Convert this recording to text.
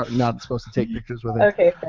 not supposed to take pictures with it. okay,